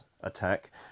attack